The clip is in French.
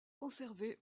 conservé